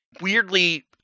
weirdly